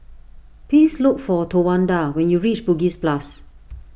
please look for Towanda when you reach Bugis Plus